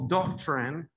doctrine